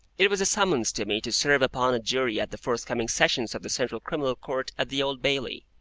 it was a summons to me to serve upon a jury at the forthcoming sessions of the central criminal court at the old bailey.